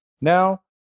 now